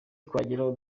twageraho